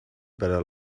better